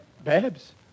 babs